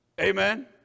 Amen